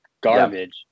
garbage